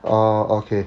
orh okay